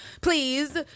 please